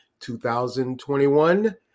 2021